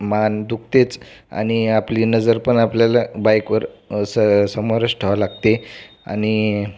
मान दुखतेच आणि आपली नजर पण आपल्याला बाईकवर स समोरच ठेवावं लागते आणि